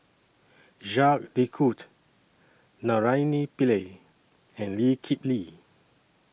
Jacques De Coutre Naraina Pillai and Lee Kip Lee